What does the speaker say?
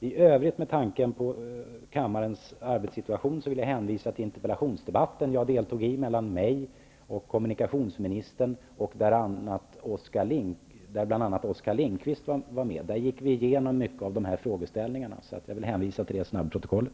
I övrigt vill jag, med tanke på kammarens arbetssituation, hänvisa till den interpellationsdebatt med kommunikationsministern som jag deltog i, där bl.a. även Oskar Lindkvist var med. Där gick vi igenom många av dessa frågeställningar. Jag vill hänvisa till det snabbprotokollet.